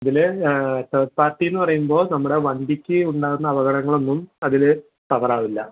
ഇതിൽ തേഡ് പാർട്ടീന്ന് പറയുമ്പോൾ നമ്മുടെ വണ്ടിക്ക് ഉണ്ടാകുന്ന അപകടങ്ങളൊന്നും അതിൽ കവറാവില്ല